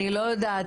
אני לא יודעת,